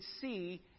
see